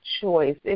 choice